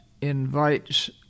invites